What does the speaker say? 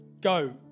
go